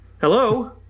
hello